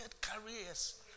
careers